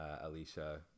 Alicia